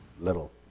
little